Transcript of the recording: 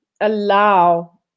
allow